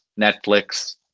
Netflix